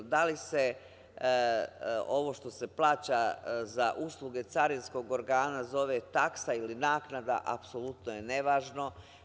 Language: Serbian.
Da li se ovo što se plaća za usluge carinskog organa zove taksa ili naknada, apsolutno je nevažno.